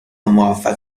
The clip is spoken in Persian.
موفق